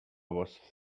was